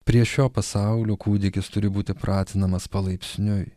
prie šio pasaulio kūdikis turi būti pratinamas palaipsniui